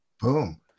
boom